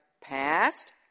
past